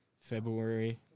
February